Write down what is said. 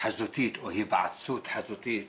חזותית או היוועצות חזותית